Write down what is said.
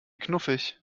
knuffig